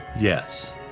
Yes